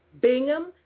Bingham